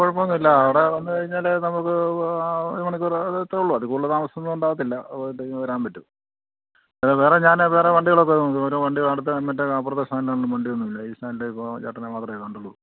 കുഴപ്പം ഒന്നും ഇല്ല അവിടെ വന്ന് കഴിഞ്ഞാൽ നമുക്ക് ഒരു മണിക്കൂറ് ഉള്ളൂ അത് ഒന്നും ഉണ്ടാകത്തില്ല വരാൻ പറ്റും വേറെ ഞാൻ വേറെ വണ്ടികളൊക്കെ നോക്കി ഓരോ വണ്ടി അടുത്ത് മറ്റേ അപ്പുറത്തെ സ്റ്റാൻഡ് ഒന്നും വണ്ടി ഒന്നും ഇല്ല ഈ സ്റ്റാൻഡ്ൽ ചേട്ടനെ മാത്രമേ കണ്ടുള്ളൂ